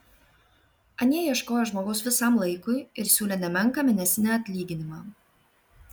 anie ieškojo žmogaus visam laikui ir siūlė nemenką mėnesinį atlyginimą